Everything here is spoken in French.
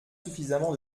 suffisamment